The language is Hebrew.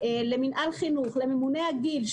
לממוני הגיל,